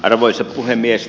arvoisa puhemies